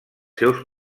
seus